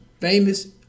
famous